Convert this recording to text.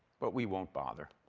but we won't bother.